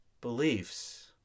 beliefs